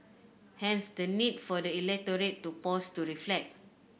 hence the need for the electorate to pause to reflect